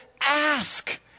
ask